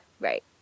right